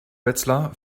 wetzlar